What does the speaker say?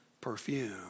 perfume